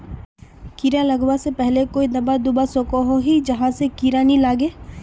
कीड़ा लगवा से पहले कोई दाबा दुबा सकोहो ही जहा से कीड़ा नी लागे?